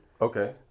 Okay